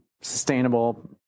sustainable